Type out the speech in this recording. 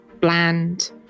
bland